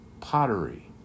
pottery